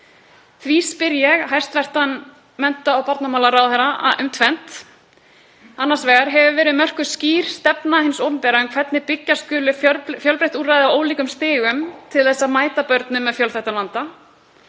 Því spyr ég hæstv. mennta- og barnamálaráðherra um tvennt. Annars vegar: Hefur verið mörkuð skýr stefna hins opinbera um hvernig byggja skuli fjölbreytt úrræði á ólíkum stigum til að mæta börnum með fjölþættan vanda?